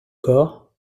corps